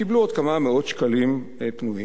קיבלו עוד כמה מאות שקלים פנויים.